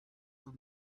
from